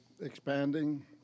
expanding